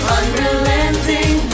unrelenting